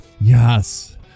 Yes